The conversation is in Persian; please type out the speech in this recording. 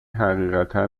حقیقتا